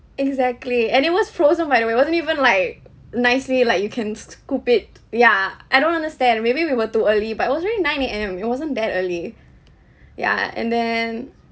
exactly and it was frozen by the way it wasn't even like nicely like you can scoop it ya I don't understand maybe we were too early but it was already nine A_M it wasn't that early ya and then